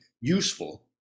useful